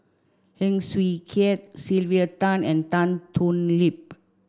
Heng Swee Keat Sylvia Tan and Tan Thoon Lip